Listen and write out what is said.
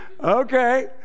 Okay